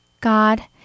God